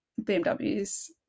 BMWs